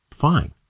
fine